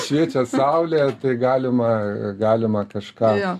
šviečia saulė galima galima kažką